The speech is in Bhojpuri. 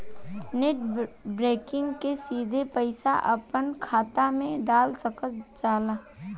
नेट बैंकिग से सिधे पईसा अपना खात मे डाल सकल जाता